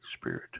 spirit